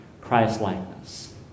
Christ-likeness